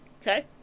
Okay